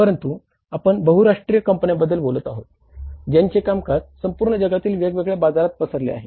परंतु आपण बहुराष्ट्रीय कंपन्यांबद्दल बोलत आहोत ज्यांचे कामकाज संपूर्ण जगातील वेगवेगळ्या बाजारात पसरले आहे